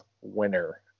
Winner